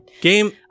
Game